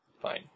Fine